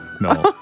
No